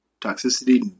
toxicity